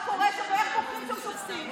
מה קורה ואיך בוחרים שם שופטים,